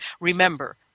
remember